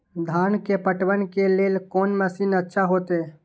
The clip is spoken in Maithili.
धान के पटवन के लेल कोन मशीन अच्छा होते?